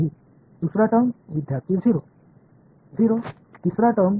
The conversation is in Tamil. மாணவர் 0 0 அங்கு இல்லை இரண்டாவது வெளிப்பாடு